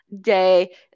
day